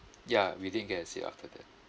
ya we didn't get a seat after that